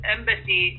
Embassy